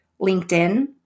LinkedIn